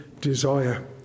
desire